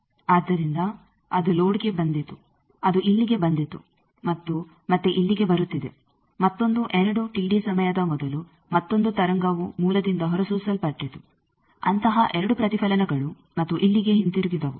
ಆದ್ದರಿಂದ ಅದು ಲೋಡ್ಗೆ ಬಂದಿತು ಅದು ಇಲ್ಲಿಗೆ ಬಂದಿತು ಮತ್ತು ಮತ್ತೆ ಇಲ್ಲಿಗೆ ಬರುತ್ತಿದೆ ಮತ್ತೊಂದು 2 ಸಮಯದ ಮೊದಲು ಮತ್ತೊಂದು ತರಂಗವು ಮೂಲದಿಂದ ಹೊರಸೂಸಲ್ಪಟ್ಟಿತು ಅಂತಹ ಎರಡು ಪ್ರತಿಫಲನಗಳು ಮತ್ತು ಇಲ್ಲಿಗೆ ಹಿಂತಿರುಗಿದವು